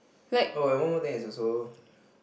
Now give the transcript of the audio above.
oh and one more thing is also